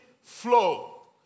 flow